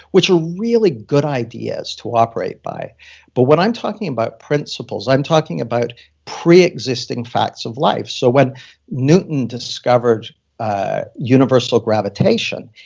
which were really good ideas to operate by but when i'm talking about principles, i'm talking about preexisting facts of life so when newton discovered ah universal gravitation,